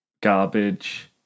Garbage